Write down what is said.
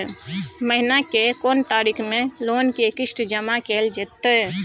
महीना के कोन तारीख मे लोन के किस्त जमा कैल जेतै?